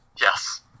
Yes